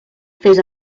fes